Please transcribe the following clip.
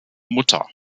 mutter